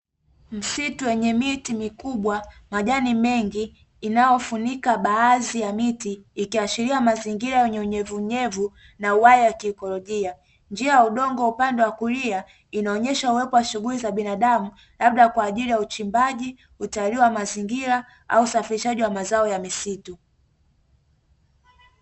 Msitu wenye miti mikubwa, majani mengi yanayofunika baadhi ya miti, ikiashiria mazingira yenye unyevuunyevu na uwala wa kiekolojia. Njia ya udongo upande wa kulia inaonesha uwepo wa shughuli za binadamu, labda kwaajili ya uchimbaji, Utalii wa mazingira au usafirishaji wa mazao ya misitu.